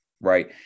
right